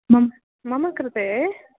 मम् मम कृते